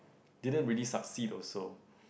didn't really succeed also